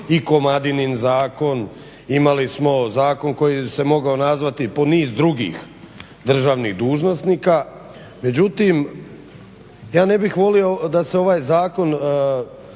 i Komadinin zakon, imali smo zakon koji se mogao nazvati i po niz drugih državnih dužnosnika, međutim ja ne bih volio da se ovaj zakon